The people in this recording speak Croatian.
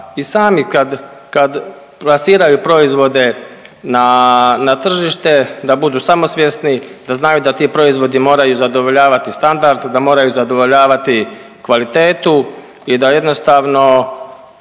kad, kad plasiraju proizvode na, na tržište da budu samosvjesni, da znaju da ti proizvodi moraju zadovoljavati standard, da moraju zadovoljavati kvalitetu i da jednostavno